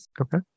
Okay